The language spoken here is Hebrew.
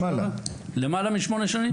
למעלה משמונה שנים.